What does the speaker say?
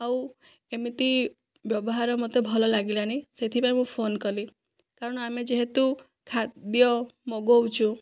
ଆଉ ଏମିତି ବ୍ୟବହାର ମୋତେ ଭଲ ଲାଗିଲାନି ସେଥିପାଇଁ ମୁଁ ଫୋନ କଲି କାରଣ ଆମେ ଯେହେତୁ ଖାଦ୍ୟ ମଗଉଛୁ